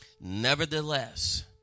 Nevertheless